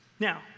Now